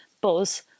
buzz